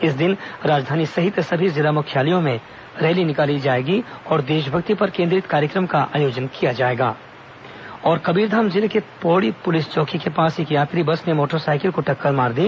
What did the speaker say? इस दिन राजधानी सहित सभी जिला मुख्यालयों में रैली निकाली जाएगी और देशभक्ति पर केंद्रित कबीरधाम जिले के पोड़ी पुलिस चौकी के पास एक यात्री बस ने मोटरसाइकिल को टक्कर मार दी